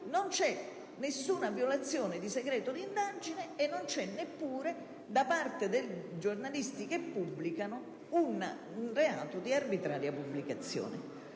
non c'è nessuna violazione del segreto di indagine e non c'è neppure, da parte dei giornalisti che li pubblicano, un reato di arbitraria pubblicazione.